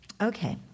Okay